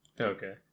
Okay